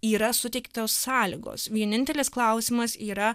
yra suteiktos sąlygos vienintelis klausimas yra